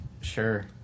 Sure